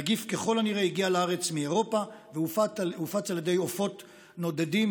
הנגיף ככל הנראה הגיע לארץ מאירופה והופץ על ידי עופות נודדים.